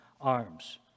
arms